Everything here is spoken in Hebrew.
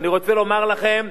אני רוצה לומר לכם,